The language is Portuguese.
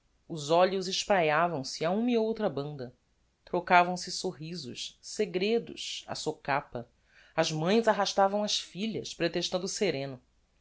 os olhos espraiavam se a uma e outra banda trocavam se sorrisos segredos á socapa as mães arrastavam as filhas pretextando o sereno